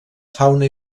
fauna